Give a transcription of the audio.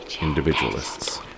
individualists